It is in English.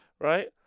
right